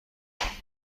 کنید